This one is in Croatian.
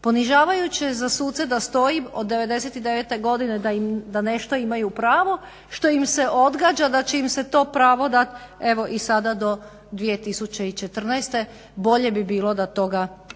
Ponižavajuće je za suce da stoji od '99.godine da nešto imaju pravo što im se odgađa da će im se to pravo dati evo i sada do 2014.bolje bi bilo da toga